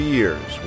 years